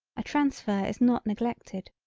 a transfer is not neglected.